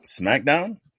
SmackDown